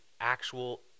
actual